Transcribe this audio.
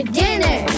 dinner